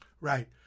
Right